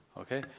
okay